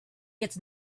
gets